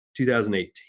2018